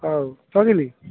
ହଉ ରଖିଲି